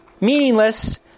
meaningless